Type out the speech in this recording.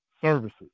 services